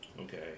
Okay